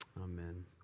Amen